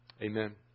Amen